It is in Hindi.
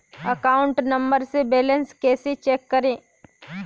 अकाउंट नंबर से बैलेंस कैसे चेक करें?